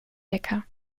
decker